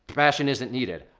passion isn't needed.